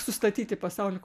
sustatyti pasaulį